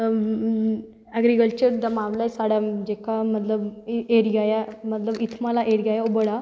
agriculture दा मामला साढ़े जेह्का एरिया ऐ मतलव इत्थमां आह्ला एरिया ऐ एह् बड़ा